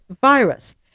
virus